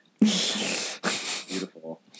Beautiful